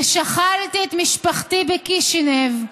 ושכלתי את משפחתי בקישינב,